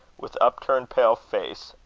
with upturned pale face,